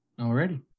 Already